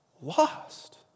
lost